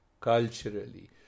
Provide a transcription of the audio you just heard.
culturally